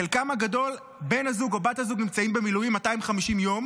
בחלקן הגדול בן הזוג או הבת הזוג נמצאים במילואים 250 יום,